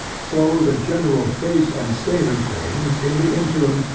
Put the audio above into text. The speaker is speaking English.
so the general face and state of things, in the interim,